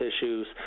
issues